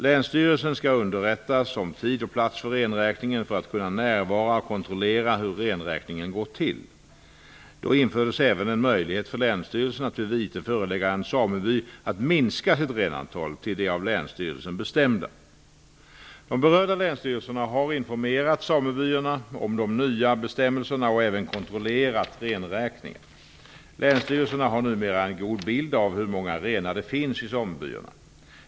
Länsstyrelsen skall underrättas om tid och plats för renräkningen för att kunna närvara och kontrollera hur renräkningen går till. Då infördes även en möjlighet för länsstyrelsen att vid vite förelägga en sameby att minska sitt renantal till det av länsstyrelsen bestämda. De berörda länsstyrelserna har informerat samebyarna om de nya bestämmelserna och även kontrollerat renräkningar. Länsstyrelserna har numera en god bild av hur många renar det finns i samebyarna.